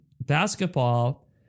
basketball